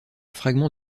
fragment